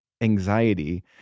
anxiety